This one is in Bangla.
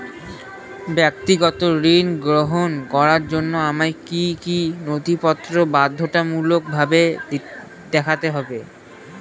ব্যক্তিগত ঋণ গ্রহণ করার জন্য আমায় কি কী নথিপত্র বাধ্যতামূলকভাবে দেখাতে হবে?